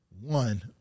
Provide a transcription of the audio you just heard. one